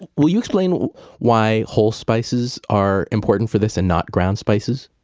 will you explain why whole spices are important for this and not ground spices?